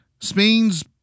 Spain's